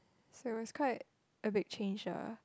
so it was quite a big change ah